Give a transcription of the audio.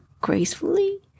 gracefully